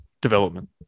development